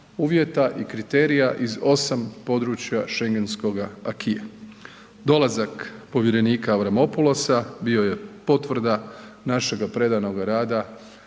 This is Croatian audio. uvjeta i kriterija iz osam područja Schengenskoga acquisa. Dolazak povjerenika Avramopulosa bio je potvrda našega predanog rada